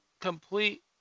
complete